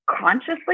consciously